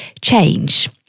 change